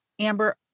Amber